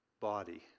body